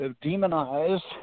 demonized